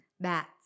Bats